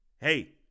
Hey